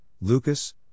Lucas